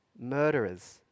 murderers